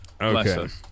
Okay